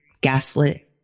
gaslit